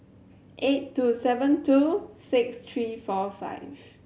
eight two seven two six three four five